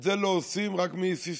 את זה לא עושים רק מסיסמאות.